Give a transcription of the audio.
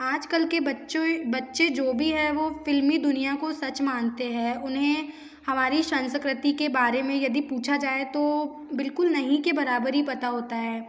आज कल के बच्चों एं बच्चे जो भी है वो फिल्मी दुनिया को सच मानते हैं उन्हें हमारी संस्कृति के बारे में यदि पूछा जाए तो बिल्कुल नहीं के बराबर ही पता होता है